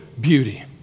beauty